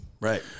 Right